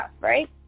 right